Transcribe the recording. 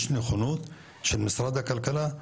יש נכונות של משרד הכלכלה,